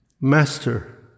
Master